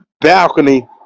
balcony